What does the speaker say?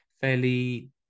fairly